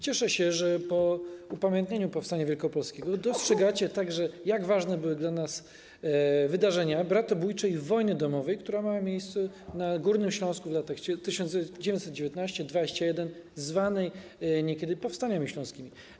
Cieszę się, że po upamiętnieniu powstania wielkopolskiego dostrzegacie także, jak ważne były dla nas wydarzenia bratobójczej wojny domowej, która miała miejsce na Górnym Śląsku w latach 1919-1921, zwanej niekiedy powstaniami śląskimi.